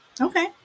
okay